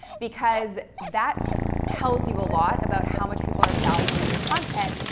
because that tells you a lot about how much people are valuing your content.